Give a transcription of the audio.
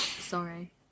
sorry